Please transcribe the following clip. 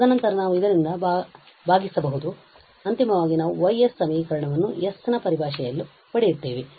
ತದನಂತರ ನಾವು ಇದರಿಂದ ಭಾಗಿಸಬಹುದು ಆದ್ದರಿಂದ ಅಂತಿಮವಾಗಿ ನಾವು ಈ Y ಸಮೀಕರಣವನ್ನು s ನ ಪರಿಭಾಷೆಯಲ್ಲಿ ಪಡೆಯುತ್ತೇವೆ